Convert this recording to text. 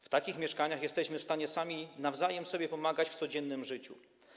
W takich mieszkaniach jesteśmy w stanie sami nawzajem sobie pomagać w codziennym życiu.